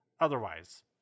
otherwise